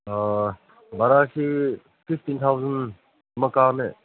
ꯚꯔꯥꯁꯤ ꯐꯤꯐꯇꯤꯟ ꯊꯥꯎꯖꯟꯒꯨꯝꯕ ꯀꯥꯕꯅꯦ